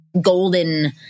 golden